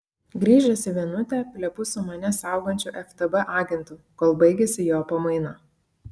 grįžęs į vienutę plepu su mane saugančiu ftb agentu kol baigiasi jo pamaina